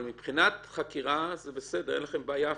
אבל מבחינת חקירה, זה בסדר, אין לכם בעיה בכלל.